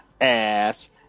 ass